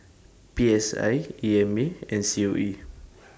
P S I E M A and C O E